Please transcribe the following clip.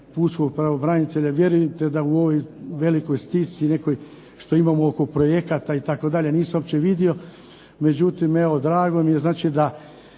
Pučkog pravobranitelja, vjerujte da u ovoj velikoj stisci nekoj što imamo oko projekata, nisam uopće vidio. Međutim, drago nam je da